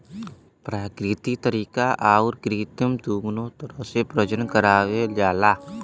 प्राकृतिक तरीका आउर कृत्रिम दूनो तरह से प्रजनन करावल जाला